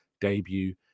debut